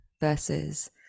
versus